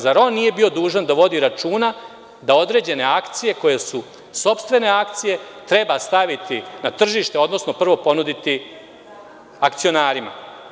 Zar on nije bio dužan da vodi računa da određene akcije koje su sopstvene akcije treba staviti na tržište, odnosno prvo ponuditi akcionarima?